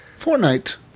Fortnite